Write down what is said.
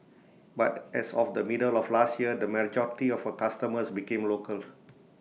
but as of the middle of last year the majority of her customers became local